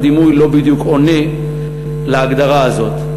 הדימוי לא בדיוק עונה על ההגדרה הזאת.